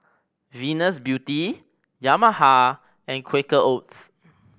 Venus Beauty Yamaha and Quaker Oats